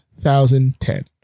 2010